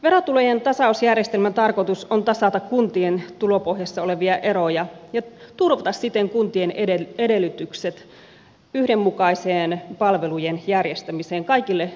verotulojen tasausjärjestelmän tarkoitus on tasata kuntien tulopohjassa olevia eroja ja turvata siten kuntien edellytykset yhdenmukaiseen palvelujen järjestämiseen kaikille kansalaisille